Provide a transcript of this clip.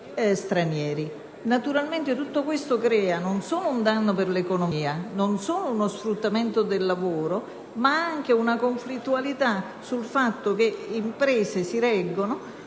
Naturalmente, tutto questo crea non solo un danno per l'economia e uno sfruttamento del lavoro, ma anche una conflittualità riguardo al fatto che vi sono imprese che si reggono